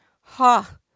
ha